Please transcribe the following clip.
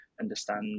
understand